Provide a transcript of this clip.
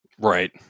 Right